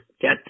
get